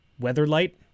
weatherlight